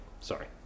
Sorry